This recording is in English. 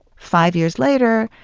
five years later,